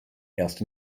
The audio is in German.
erst